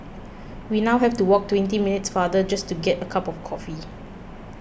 we now have to walk twenty minutes farther just to get a cup of coffee